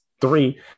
three